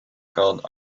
called